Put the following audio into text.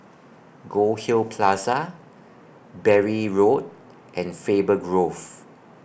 Goldhill Plaza Bury Road and Faber Grove